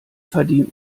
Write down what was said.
verdient